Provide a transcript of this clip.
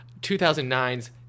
2009's